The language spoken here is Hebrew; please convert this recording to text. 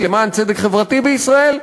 למען צדק חברתי בישראל,